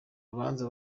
rubanza